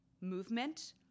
movement